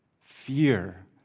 fear